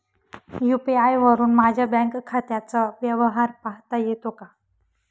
UPI वरुन माझ्या बँक खात्याचा व्यवहार पाहता येतो का?